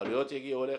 העלויות יגיעו אליכם,